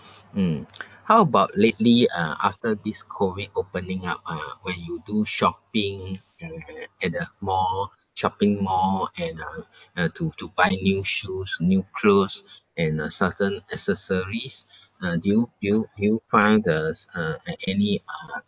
mm how about lately uh after this COVID opening up uh when you do shopping uh at the mall shopping mall and uh uh to to buy new shoes new clothes and uh certain accessories uh do you do you do you find there's uh a~ any uh